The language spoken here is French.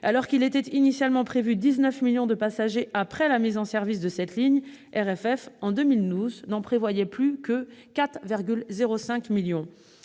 Alors qu'il était initialement prévu 19 millions de passagers après la mise en service de cette ligne, Réseau ferré de France n'en prévoyait plus que 4,05 millions